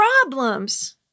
Problems